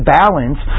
balance